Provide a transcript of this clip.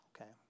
okay